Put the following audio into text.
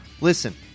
listen